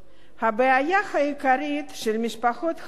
הבעיה העיקרית של המשפחות הללו,